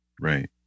Right